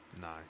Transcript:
No